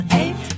eight